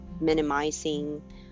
minimizing